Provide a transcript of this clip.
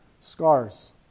scars